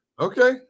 Okay